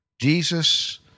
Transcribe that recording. Jesus